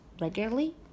regularly